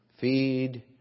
Feed